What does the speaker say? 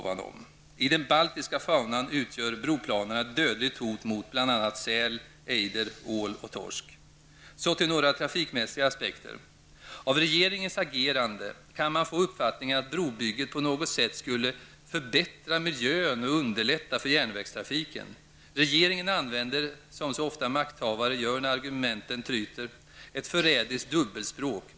För den baltiska faunan utgör broplanerna ett dödligt hot mot bl.a. säl, ejder, ål och torsk. Så till några trafikmässiga aspekter. Av regeringens agerande kan man få uppfattningen att brobygget på något sätt skulle förbättra miljön och underlätta för järnvägstrafiken. Regeringen använder, som makthavare så ofta gör när argumenten tryter, ett förrädiskt dubbelspråk.